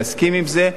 להסכים עם זה,